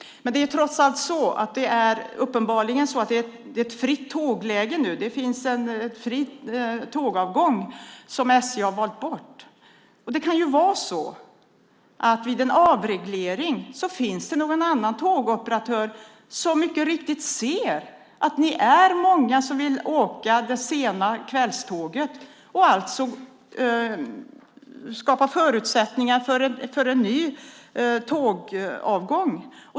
Men det är trots allt ett fritt tågläge nu. Det finns en fri tågavgång sedan SJ har tagit bort den. Det kan vara så att vid en avreglering finns det någon annan tågoperatör som mycket riktigt ser att det är många som vill åka det sena kvällståget, och det skapar förutsättningar för en ny tågavgång.